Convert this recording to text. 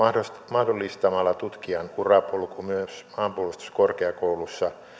mahdollistamalla tutkijan urapolku myös maanpuolustuskorkeakoulussa